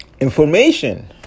information